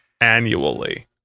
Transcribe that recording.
annually